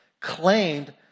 claimed